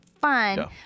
fun